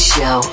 Show